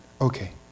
Okay